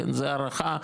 זה הערכה,